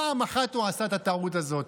פעם אחת הוא עשה את הטעות הזאת.